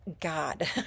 God